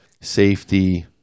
safety